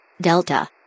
Delta